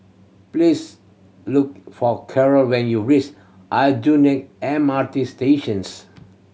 please look for Carol when you race Aljunied M R T Stations